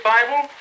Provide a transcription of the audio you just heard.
Bible